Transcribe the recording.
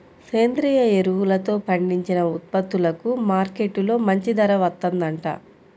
సేంద్రియ ఎరువులతో పండించిన ఉత్పత్తులకు మార్కెట్టులో మంచి ధర వత్తందంట